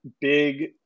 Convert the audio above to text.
big